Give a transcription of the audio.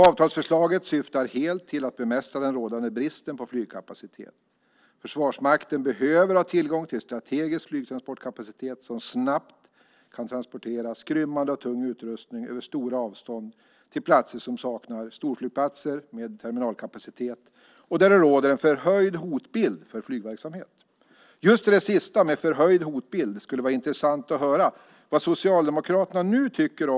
Avtalsförslaget syftar helt till att bemästra rådande brist på flygkapacitet. Försvarsmakten behöver ha tillgång till en strategisk flygtransportkapacitet så att man snabbt kan transportera skrymmande och tung utrustning över stora avstånd och till platser som saknar storflygplatser med terminalkapacitet och där det råder en förhöjd hotbild för flygverksamhet. Just beträffande det sistnämnda, förhöjd hotbild, skulle det vara intressant att höra vad Socialdemokraterna nu tycker.